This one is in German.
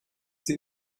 sie